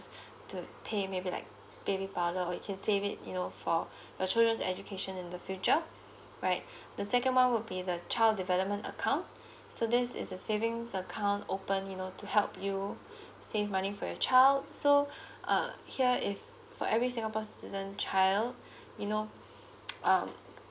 to pay maybe like baby powder or you can save it you know for your children's education in the future right the second one will be the child development account so this is the savings account open you know to help you save money for your child so uh here if for every singapore's citizen child you know